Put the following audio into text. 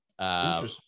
interesting